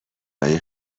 های